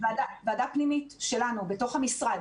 ועדה פנימית שלנו בתוך המשרד,